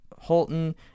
Holton